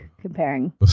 comparing